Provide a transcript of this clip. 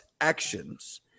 actions